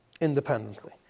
independently